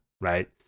right